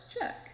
check